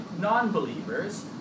non-believers